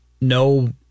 no